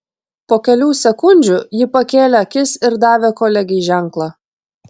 po kelių sekundžių ji pakėlė akis ir davė kolegei ženklą